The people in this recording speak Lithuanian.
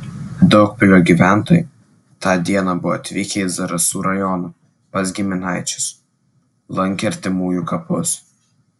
daugpilio gyventojai tą dieną buvo atvykę į zarasų rajoną pas giminaičius lankė artimųjų kapus